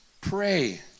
pray